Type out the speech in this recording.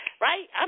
Right